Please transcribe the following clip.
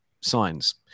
signs